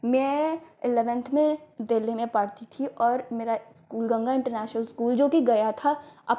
मैं एलेवेन्थ में दिल्ली में पढ़ती थी और मेरा स्कूल गंगा इन्टरनेशनल स्कूल जोकि गया था